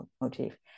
motif